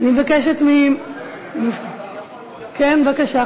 אני מבקשת, כן, בבקשה,